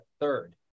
third